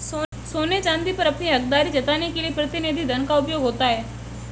सोने चांदी पर अपनी हकदारी जताने के लिए प्रतिनिधि धन का उपयोग होता है